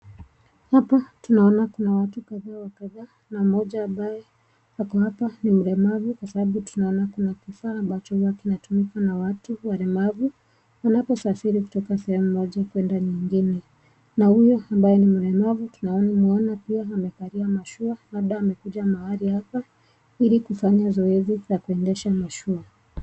Hapa tunaona kuna watu kadhaa wa kadhaa. Na mmoja ambaye ako hapa ni mlemavu, kwa sababu tunaona kuna kifaa ambacho huwa kinatumika na watu walemavu, wanaposafiri kutoka sehemu moja kwenda nyingine. Na huyo ambaye ni mlemavu tunamuona pia amekalia mashua, labda amekuja mahali hapa ili kufanya zoezi za kuendesha mashua.